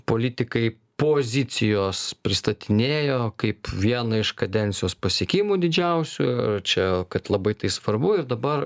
politikai pozicijos pristatinėjo kaip vieną iš kadencijos pasiekimų didžiausių čia kad labai tai svarbu ir dabar